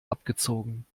abgezogen